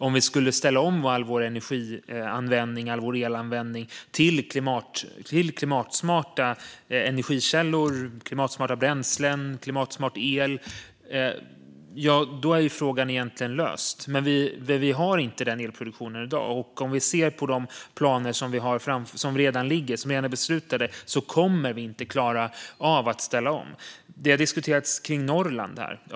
Om vi skulle ställa om all vår energi och elanvändning till klimatsmarta energikällor, klimatsmarta bränslen och klimatsmart el skulle frågan egentligen vara löst. Men vi har inte den elproduktionen i dag, och om vi ser på de planer som redan är beslutade kommer vi inte att klara av att ställa om. Det har diskuterats kring Norrland här.